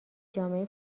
جامعه